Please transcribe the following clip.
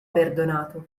perdonato